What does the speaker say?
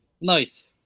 Nice